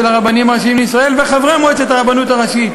הרבנים הראשיים לישראל וחברי מועצת הרבנות הראשית,